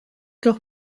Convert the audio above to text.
doch